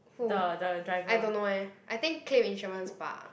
who I don't know eh I think claim insurance bah